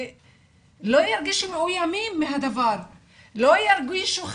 שלא ירגישו מאוימים מהדבר ושלא ירגישו חשופים.